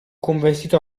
convertito